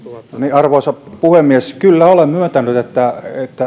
arvoisa puhemies kyllä olen myöntänyt että